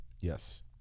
Yes